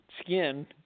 skin